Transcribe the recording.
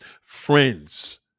Friends